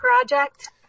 Project